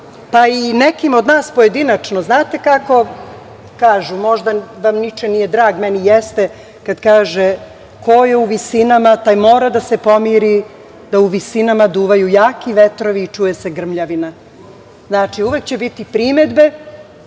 pa i nekim od nas pojedinačno. Znate kako kažu, možda vam Niče nije drag, meni jeste, kada kaže – ko je u visinama taj mora da se pomiri da u visinama duvaju jaki vetrovi i čuje se grmljavina. Znači, uvek će biti primedbe,